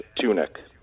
tunic